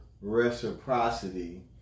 reciprocity